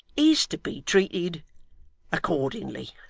is to be treated accordingly